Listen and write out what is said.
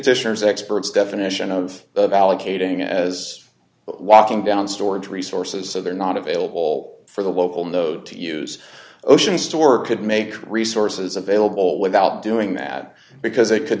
fisher's experts definition of allocating as walking down storage resources so they're not available for the local know to use ocean store could make resources available without doing that because they could